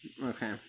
Okay